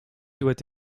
doit